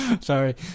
Sorry